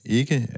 ikke